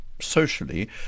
socially